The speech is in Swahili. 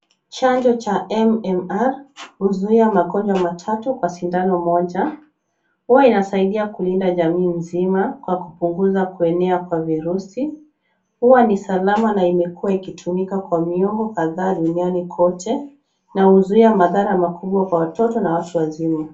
Chanjo cha MMR huzuia magonjwa matatu kwa sindano moja. Huwa inasaidia kulinda jamii nzima kwa kupunguza kuenea kwa virusi. Huwa ni salama na imekuwa ikitumika kwa miongo kadhaa duniani kote na huzuia madhara makubwa kwa watoto na watu wazima.